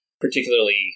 particularly